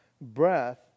breath